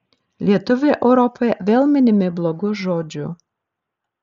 lietuviai europoje vėl minimi blogu žodžiu